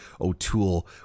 O'Toole